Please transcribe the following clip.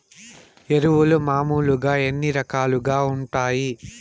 ఎరువులు మామూలుగా ఎన్ని రకాలుగా వుంటాయి?